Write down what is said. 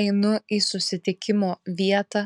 einu į susitikimo vietą